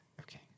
Okay